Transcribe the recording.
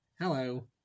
Hello